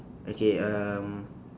okay um